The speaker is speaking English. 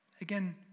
Again